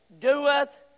doeth